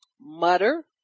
mutter